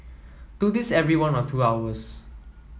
do this every one or two hours